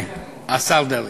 השר דרעי,